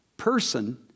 person